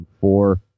four